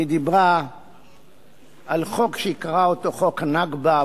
והיא דיברה על חוק שהיא קראה לו "חוק הנכבה",